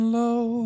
low